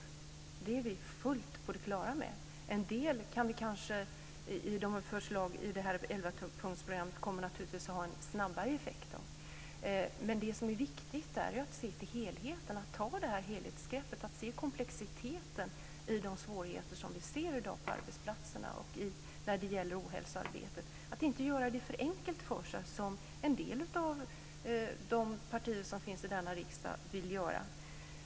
Det är vi fullt på det klara med. En del förslag i det här elvapunktsprogrammet kommer naturligtvis att ha en snabbare effekt. Men det som är viktigt är att se till helheten, att ta helhetsgreppet, att se komplexiteten i de svårigheter som vi i dag ser på arbetsplatserna och när det gäller ohälsoarbetet. Man ska inte göra det för enkelt för sig, som en del av de partier som finns i denna riksdag vill göra.